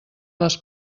les